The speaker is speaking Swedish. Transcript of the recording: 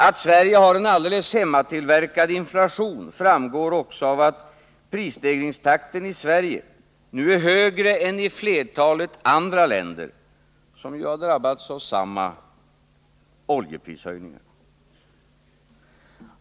Att Sverige har en alldeles hemmatillverkad inflation framgår också av att prisstegringstakten nu är högre i Sverige än i flertalet andra länder, som ju drabbats av samma oljeprishöjningar.